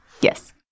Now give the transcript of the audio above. Yes